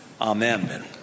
Amen